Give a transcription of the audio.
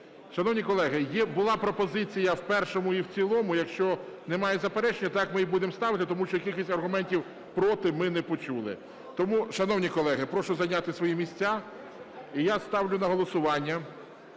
Шановні колеги, була пропозиція – в першому і в цілому. Якщо немає заперечень, так ми і будемо ставити, тому що кількість аргументів проти ми не почули. Тому, шановні колеги, прошу зайняти свої місця. І я ставлю на голосування